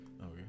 Okay